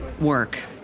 work